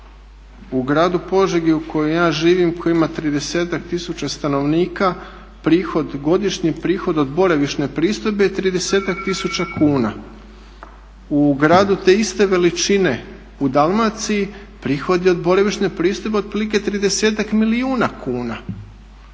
U gradu Požegi u kojem ja živim koji ima 30-ak tisuća stanovnika prihod, godišnji prihod od boravišne pristojbe je 30-ak tisuća stanovnika. U gradu te iste veličine u Dalmaciji prihod je od boravišne pristojbe otprilike 30-ak milijuna